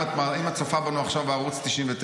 אם את צופה בנו עכשיו בערוץ 99,